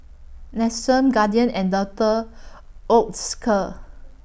Nestum Guardian and Doctor Oetker